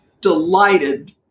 delighted